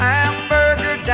Hamburger